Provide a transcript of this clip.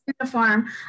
uniform